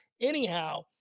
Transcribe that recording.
anyhow